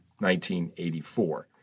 1984